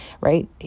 right